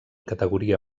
categoria